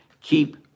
keep